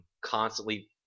constantly